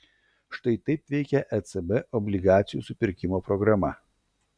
štai taip veikia ecb obligacijų supirkimo programa